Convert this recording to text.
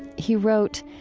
he wrote,